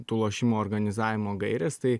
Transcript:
tų lošimų organizavimo gairės tai